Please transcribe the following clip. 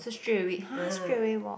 so straight away hah straight away walk